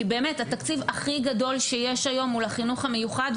התקציב הכי גדול שיש היום הוא לחינוך המיוחד,